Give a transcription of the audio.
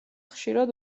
ხშირად